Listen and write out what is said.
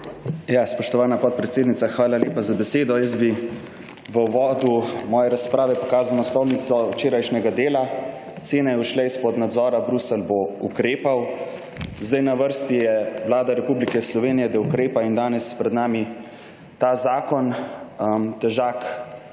Spoštovana podpredsednica, hvala lepa za besedo. Jaz bi v uvodu moje razprave pokazal naslovnico včerajšnjega Dela: Cene ušle izpod nadzora, Bruselj bo ukrepal. Zdaj na vrsti je Vlada Republike Slovenije, da ukrepa in danes je pred nami ta zakon, težak reci